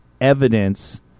evidence